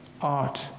Art